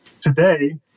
today